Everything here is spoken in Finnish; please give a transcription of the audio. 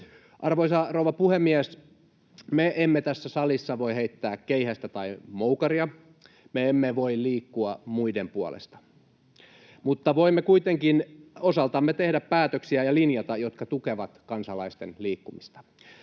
Arvoisa rouva puhemies! Me emme tässä salissa voi heittää keihästä tai moukaria. Me emme voi liikkua muiden puolesta. Mutta voimme kuitenkin osaltamme tehdä päätöksiä ja linjauksia, jotka tukevat kansalaisten liikkumista.